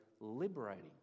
liberating